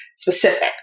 Specific